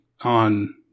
on